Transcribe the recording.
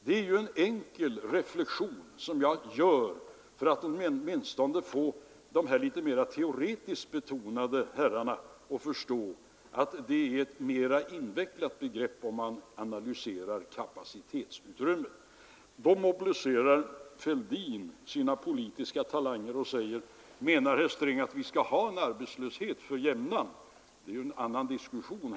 Det är en enkel reflexion som jag gör för att åtminstone få de litet mer teoretiskt betonade herrarna att inse att det är ett mer invecklat begrepp om man analyserar kapacitetsutrymmet. Då mobiliserar herr Fälldin sina politiska talanger och frågar: Menar herr Sträng att vi skall ha en arbetslöshet för jämnan? Det är en annan diskussion!